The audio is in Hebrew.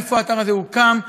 איפה האתר הזה הוקם,